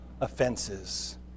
offenses